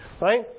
Right